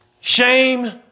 Shame